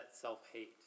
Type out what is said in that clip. self-hate